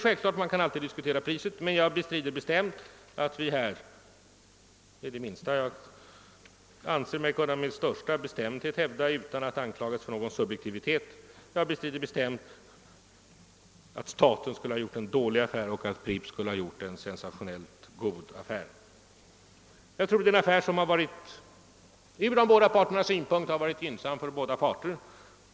Självfallet kan man diskutera priset, men jag kan med största bestämdhet hävda, utan att anklagas för subjektivitet, att staten inte har gjort någon dålig och Pripps inte någon sensationellt god affär. Det är en affär som varit gynnsam för båda parter.